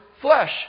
flesh